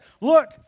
Look